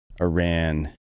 Iran